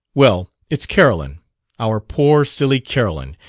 well, it's carolyn our poor, silly carolyn!